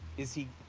is he.